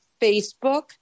Facebook